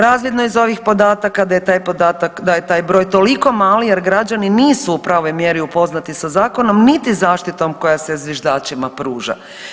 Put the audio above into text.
Razvidno je iz ovih podataka da je taj podatak, da je taj broj toliko mali jer građani nisu u pravoj mjeri upoznati sa zakonom niti zaštitom koja se zviždačima pruža.